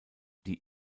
die